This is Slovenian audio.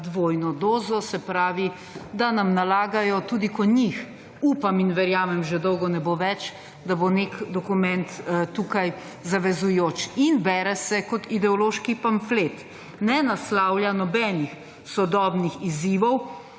dvojno dozo, se pravi, da nam nalagajo tudi, ko njih, upam in verjamem, že dolgo ne bo več, da bo nek dokument tukaj zavezujoč in bere se kot ideološki pamflet. Ne naslavlja nobenih sodobnih izzivov,